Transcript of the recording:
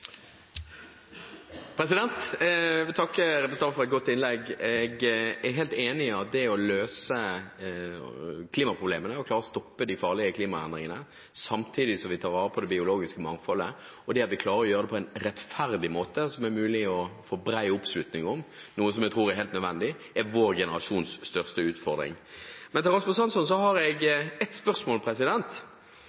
vil takke representanten for et godt innlegg. Jeg er helt enig i at det å løse klimaproblemene – å klare å stoppe de farlige klimaendringene, samtidig som vi tar vare på det biologiske mangfoldet og klarer å gjøre det på en rettferdig måte, som det er mulig å få bred oppslutning om, noe jeg tror er helt nødvendig – er vår generasjons største utfordring. Til